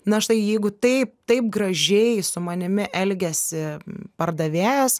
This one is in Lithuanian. na štai jeigu taip taip gražiai su manimi elgiasi pardavėjas